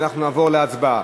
ואנחנו נעבור להצבעה.